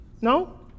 No